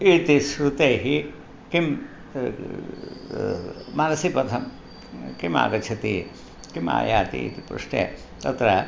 इति श्रुतैः किं मनसि प्रथमं किम् आगच्छति किम् आयाति इति पृष्टे तत्र